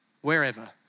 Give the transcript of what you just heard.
wherever